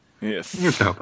yes